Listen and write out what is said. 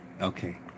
Okay